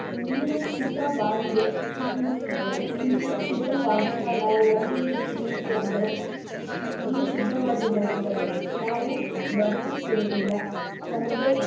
ನೀರು ಶುದ್ಧವಾಗಿದೆ ಈಗ ಈ ನೀರು ಶುದ್ಧವಾಗಿಲ್ಲ ನಾವು ನಲ್ಲಿ ನೀರು ಕುಡಿಯುವುದು ಅಂದರೆ ನೀರು ಶುದ್ಧವಾಗಿಲ್ಲ ಅಂದರೆ ನಾವು ಬದುಕುತ್ತಿರೋದಿಲ್ಲ ನಮಗೆ